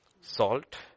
Salt